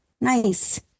Nice